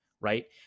right